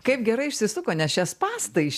kaip gerai išsisuko nes čia spąstai iš